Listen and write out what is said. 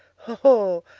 oh!